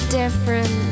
different